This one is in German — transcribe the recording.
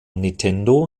nintendo